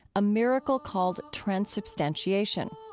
a miracle called transubstantiation.